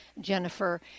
Jennifer